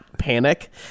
panic